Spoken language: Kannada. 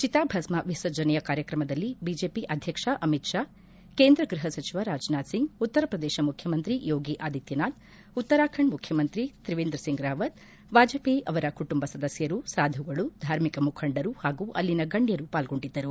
ಚಿತಾಭಸ್ಮ ವಿಸರ್ಜನೆಯ ಕಾರ್ಯಕ್ರಮದಲ್ಲಿ ಬಿಜೆಪಿ ಅಧ್ಯಕ್ಷ ಅಮಿತ್ ಶಾ ಕೇಂದ್ರ ಗೃಪ ಸಚಿವ ರಾಜನಾಥ್ ಸಿಂಗ್ ಉತ್ತರಪ್ರದೇಶ ಮುಖ್ಯಮಂತ್ರಿ ಯೋಗಿ ಆದಿತ್ಯನಾಥ್ ಉತ್ತರಾಖಂಡ್ ಮುಖ್ಯಮಂತ್ರಿ ತ್ರಿವೇಂದ್ರಸಿಂಗ್ ರಾವತ್ ವಾಜಪೇಯಿ ಅವರ ಕುಟುಂಬ ಸದಸ್ತರು ಸಾಧುಗಳು ಧಾರ್ಮಿಕ ಮುಖಂಡರು ಪಾಗೂ ಅಲ್ಲಿನ ಗಣ್ಯರು ಪಾಲ್ಗೊಂಡಿದ್ದರು